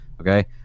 Okay